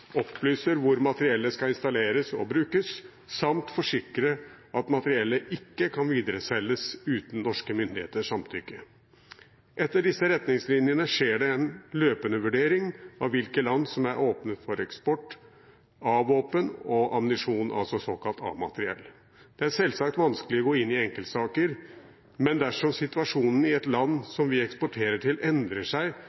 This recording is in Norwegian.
opplyser hvor materiellet skal installeres og brukes, samt forsikrer at materiellet ikke kan videreselges uten norske myndigheters samtykke. Etter disse retningslinjene skjer det en løpende vurdering av hvilke land som er åpnet for eksport av våpen og ammunisjon, altså såkalt A-materiell. Det er selvsagt vanskelig å gå inn i enkeltsaker, men dersom situasjonen i et land